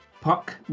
Puck